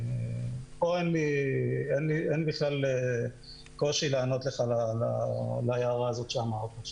פה אין לי בכלל קושי לענות לך על ההערה שאמרת.